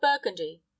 burgundy